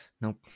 Nope